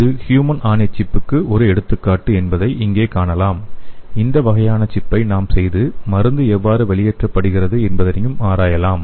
இது "human on a chip" க்கு ஒரு எடுத்துக்காட்டு என்பதை இங்கே காணலாம் இந்த வகையான சிப்பை நாம் செய்து மருந்து எவ்வாறு வெளியேற்றப்படும் என்பதைப் ஆராயலாம்